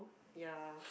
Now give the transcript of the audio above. ya